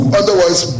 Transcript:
otherwise